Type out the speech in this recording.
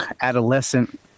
adolescent